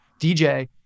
DJ